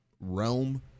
realm